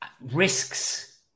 risks